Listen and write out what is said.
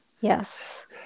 yes